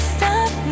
Stop